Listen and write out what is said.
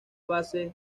base